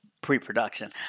pre-production